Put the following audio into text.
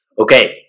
Okay